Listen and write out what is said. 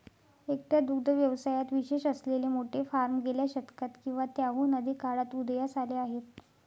एकट्या दुग्ध व्यवसायात विशेष असलेले मोठे फार्म गेल्या शतकात किंवा त्याहून अधिक काळात उदयास आले आहेत